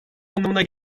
anlamına